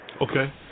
Okay